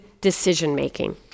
decision-making